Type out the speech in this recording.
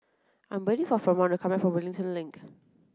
I'm waiting for Fremont to come back from Wellington Link